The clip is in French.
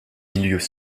milieux